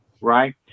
right